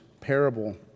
parable